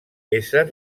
ésser